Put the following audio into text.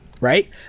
right